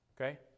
Okay